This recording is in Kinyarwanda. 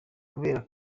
kubera